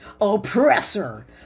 oppressor